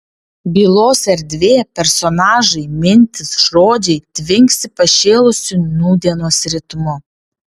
bylos erdvė personažai mintys žodžiai tvinksi pašėlusiu nūdienos ritmu